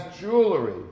jewelry